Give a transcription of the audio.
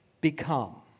become